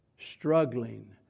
Struggling